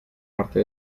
parte